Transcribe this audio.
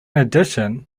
addition